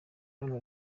hano